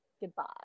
Goodbye